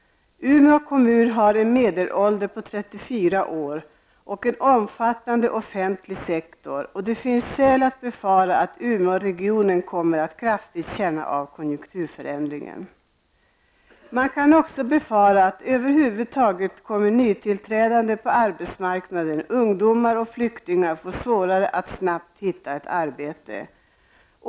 Umeå kommun har en medelålder på 34 år och en omfattande offentlig sektor. Det finns skäl att befara att Umeåregionen kraftigt kommer att känna av konjunkturförändringen. Man kan också över huvud taget befara att nytillträdande på arbetsmarknaden, ungdomar och flyktingar kommer att få det svårare att snabbt hitta ett arbete.